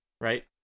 right